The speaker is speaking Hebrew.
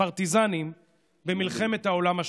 הפרטיזנים במלחמת העולם,